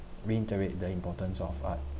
reiterated the importance of art